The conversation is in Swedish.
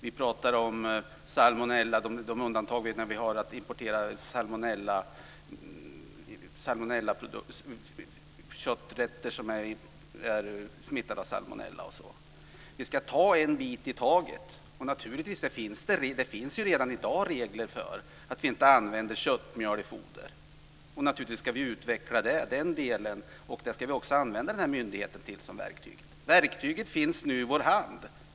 Vi har pratat om undantagen när det gäller import av kötträtter som är smittade av salmonella. Vi ska ta en bit i taget. Det finns redan i dag regler som förbjuder användande av köttmjöl i foder. Naturligtvis ska vi utveckla den delen. Där ska vi använda myndigheten som verktyg. Verktyget finns nu i vår hand.